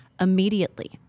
immediately